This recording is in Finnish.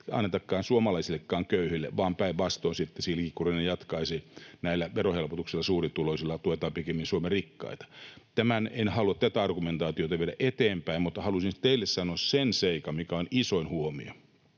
annetakaan suomalaisillekaan köyhille, vaan päinvastoin — se ilkikurinen jatkaisi — näillä verohelpotuksilla suurituloisille tuetaan pikemminkin Suomen rikkaita. En halua tätä argumentaatiota viedä eteenpäin, mutta halusin teille sanoa sen seikan, mikä on isoin huomio: